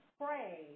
pray